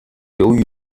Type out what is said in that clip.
由于